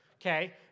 okay